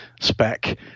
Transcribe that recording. spec